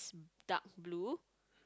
dark blue